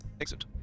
Exit